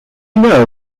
know